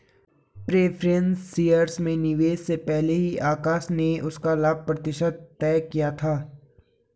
preference shares में निवेश से पहले ही आकाश ने उसका लाभ प्रतिशत तय किया था